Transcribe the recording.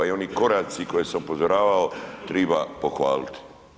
oni koraci koje sam upozoravao triba pohvaliti.